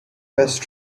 best